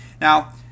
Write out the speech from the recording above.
Now